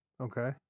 Okay